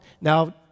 Now